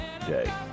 day